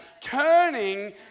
turning